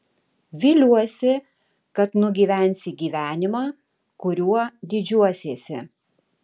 viliuosi kad nugyvensi gyvenimą kuriuo didžiuosiesi